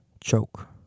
choke